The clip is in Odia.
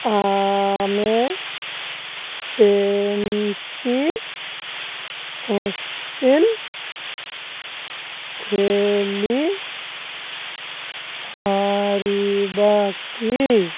ଆମେ ଟ୍ୱେଣ୍ଟି କୋଶ୍ଟିନ୍ ଖେଳିପାରିବା କି